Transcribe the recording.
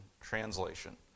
translation